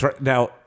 Now